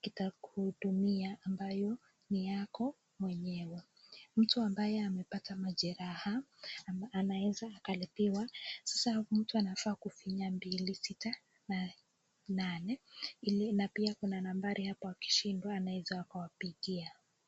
kitakuhudumia ambayo ni yako mwenyewe ,mtu ambaye amepata majeraha anaweza akalipiwa ,sasa mtu anafaa kufinya mbili, sita, nane na Pia kuna nambari hapa akishindwa anaweza akawapigia.